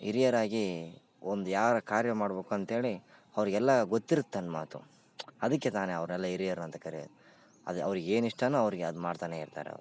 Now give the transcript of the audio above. ಹಿರಿಯರಾಗಿ ಒಂದು ಯಾವ್ದಾರು ಕಾರ್ಯ ಮಾಡ್ಬೇಕು ಅಂಥೇಳಿ ಅವ್ರಿಗೆಲ್ಲ ಗೊತ್ತಿರುತ್ತೆ ತನ್ನ ಮಾತು ಅದಕ್ಕೆ ತಾನೇ ಅವ್ರನೆಲ್ಲ ಹಿರಿಯರು ಅಂತ ಕರೆಯೋದು ಅದೇ ಅವ್ರಿಗೆ ಏನು ಇಷ್ಟವೋ ಅವ್ರಿಗೆ ಅದು ಮಾಡ್ತಲೇ ಇರ್ತಾರವ್ರು